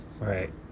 Right